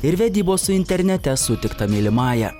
ir vedybos su internete sutikta mylimąja